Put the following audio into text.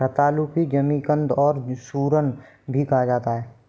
रतालू को जमीकंद और सूरन भी कहा जाता है